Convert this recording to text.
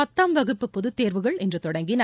பத்தாம் வகுப்பு பொதுத்தேர்வுகள் இன்றுதொடங்கின